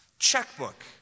checkbook